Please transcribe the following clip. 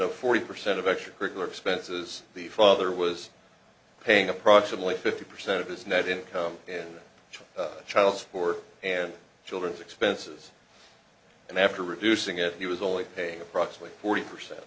of forty percent of extracurricular expenses the father was paying approximately fifty percent of his net income in child support and children's expenses and after reducing it he was only a approximate forty percent